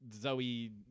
Zoe